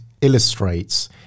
illustrates